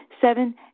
Seven